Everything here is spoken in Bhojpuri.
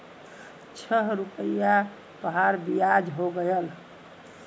छह रुपइया तोहार बियाज हो गएल